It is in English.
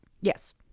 Yes